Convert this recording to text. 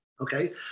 Okay